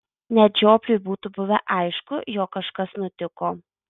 net žiopliui būtų buvę aišku jog kažkas nutiko